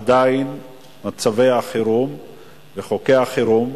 עדיין מצבי החירום וחוקי החירום,